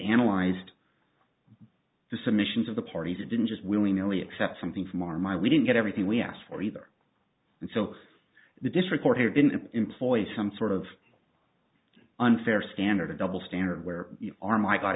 analyzed the submissions of the parties it didn't just willy nilly accept something from our my we didn't get everything we asked for either and so the district court here didn't employ some sort of unfair standard a double standard where you are my